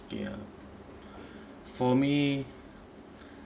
ya for me